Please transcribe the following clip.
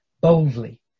boldly